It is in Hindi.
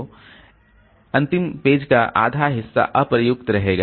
इसलिए अंतिम पेज का आधा हिस्सा अप्रयुक्त रहेगा